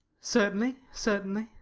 certainly, certainly.